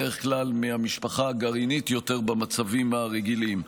בדרך כלל יותר מהמשפחה הגרעינית שבמצבים הרגילים.